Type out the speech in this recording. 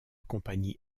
compagnie